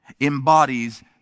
embodies